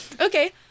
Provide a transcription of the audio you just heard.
okay